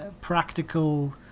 practical